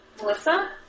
Melissa